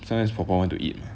sometimes 婆婆 want to eat mah